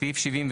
סעיף 78